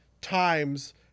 times